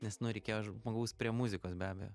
nes nu reikėjo žmogaus prie muzikos be abejo